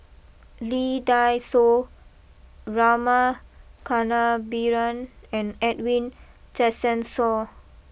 Lee Dai Soh Rama Kannabiran and Edwin Tessensohn